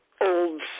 old